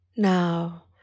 Now